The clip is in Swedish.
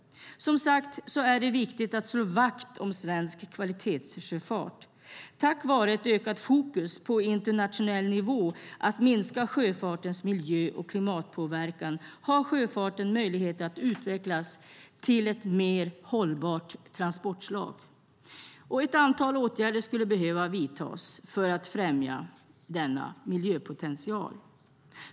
Som sagt är det viktigt att slå vakt om svensk kvalitetssjöfart. Tack vare ett ökat fokus på att minska sjöfartens miljö och klimatpåverkan på internationell nivå har sjöfarten möjlighet att utvecklas till ett mer hållbart transportslag. Ett antal åtgärder skulle behöva vidtas för att främja denna miljöpotential.